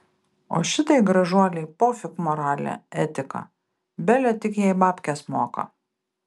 o šitai gražuolei pofik moralė etika bele tik jai babkes moka